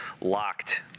locked